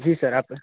जी sir आप